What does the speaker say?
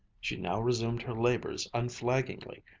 she now resumed her labors unflaggingly,